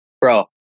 bro